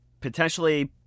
potentially